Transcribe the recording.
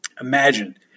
Imagine